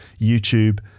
YouTube